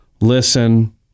listen